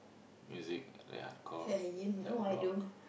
music like hardcore like rock